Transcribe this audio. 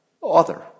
Author